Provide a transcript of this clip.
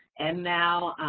and now,